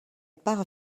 part